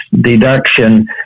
deduction